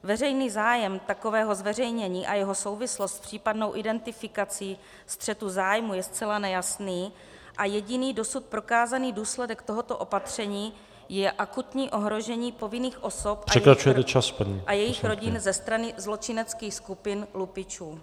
Veřejný zájem takového zveřejnění a jeho souvislost s případnou identifikací střetu zájmů je zcela nejasný a jediný dosud prokázaný důsledek tohoto opatření je akutní ohrožení povinných osob a jejich rodin ze strany zločineckých skupin lupičů.